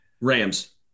Rams